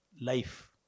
life